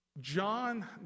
John